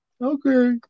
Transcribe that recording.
Okay